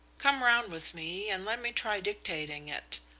come round with me and let me try dictating it.